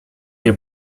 nie